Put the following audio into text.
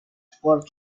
for